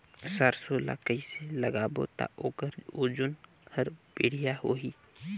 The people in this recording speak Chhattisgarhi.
सरसो ला कइसे लगाबो ता ओकर ओजन हर बेडिया होही?